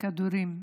כדורים.